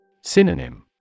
Synonym